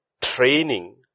training